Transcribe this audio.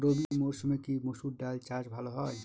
রবি মরসুমে কি মসুর ডাল চাষ ভালো হয়?